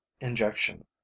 injection